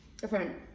Different